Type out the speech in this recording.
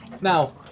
Now